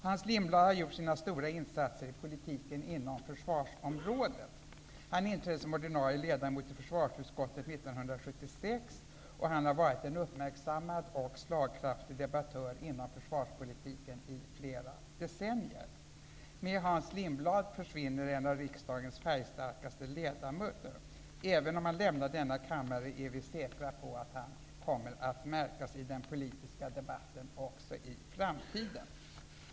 Hans Lindblad har gjort sina stora insatser i politiken inom försvarsområdet. Han inträdde som ordinarie ledamot i försvarsutskottet 1976, och han har varit en uppmärksammad och slagkraftig debattör inom försvarspolitiken i flera decennier. Med Hans Lindblad försvinner en av riksdagens färgstarkaste ledamöter. Även om han lämnar denna kammare är vi säkra på att han kommer att märkas i den politiska debatten också i framtiden.